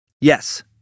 Yes